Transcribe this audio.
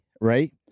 right